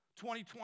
2020